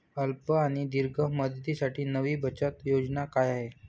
अल्प आणि दीर्घ मुदतीसाठी नवी बचत योजना काय आहे?